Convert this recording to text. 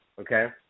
okay